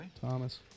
Thomas